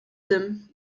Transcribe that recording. tym